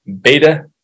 beta